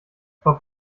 frau